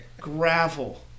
gravel